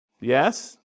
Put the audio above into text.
Yes